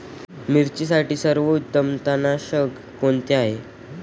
मिरचीसाठी सर्वोत्तम तणनाशक कोणते आहे?